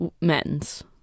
men's